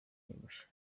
bushya